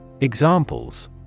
Examples